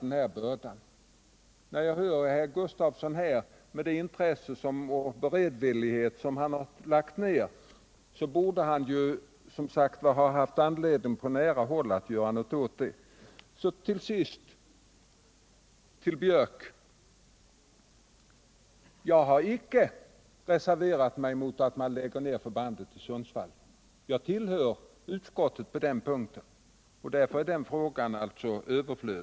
Med tanke på herr Gustavssons inlägg här och på det intresse och den beredvillighet han visat när det gäller förbandsindragningar borde han ha kunnat göra någonting åt det här på nära håll. Till sist vill jag säga till herr Björk att jag icke har reserverat mig emot att man lägger ner förbandet i Sundsvall. Jag delar utskottets uppfattning på den punkten, och därför är det onödigt att diskutera den frågan.